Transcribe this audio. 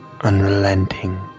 Unrelenting